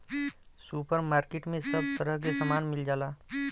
super market में सब तरह के सामान मिल जाला